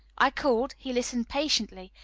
i called, he listened patiently,